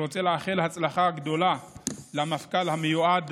אני רוצה לאחל הצלחה גדולה למפכ"ל המיועד,